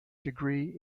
degree